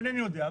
אינני יודע.